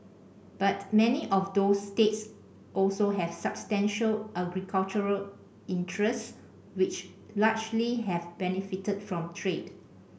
but many of those states also have substantial agricultural interests which largely have benefited from trade